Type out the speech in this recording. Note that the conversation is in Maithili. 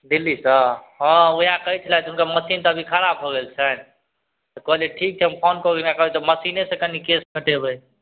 दिल्लीसँ हँ वएह कहै छलथि हुनका मशीन तऽ अभी खराब भऽ गेल छनि तऽ कहलिए ठीक छै हम फोन करू तऽ मशीनेसँ कनि केश कटेबै